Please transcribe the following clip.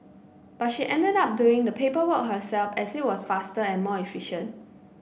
but she ended up doing the paperwork herself as it was faster and more efficient